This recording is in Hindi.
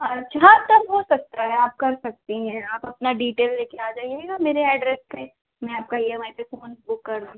अच्छा तो हो सकता है आप कर सकती हैं आप अपना डीटेल लेके आ जाइएगा मेरे एड्रेस पर मैं आपका ई एम आई पर फ़ोन बुक कर दूँगी